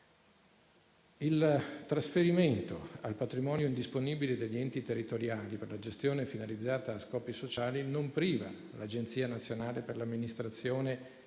Il trasferimento al patrimonio indisponibile degli enti territoriali per la gestione finalizzata a scopi sociali non priva l'Agenzia nazionale per l'amministrazione